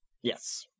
Yes